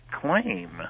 claim